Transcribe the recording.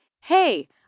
hey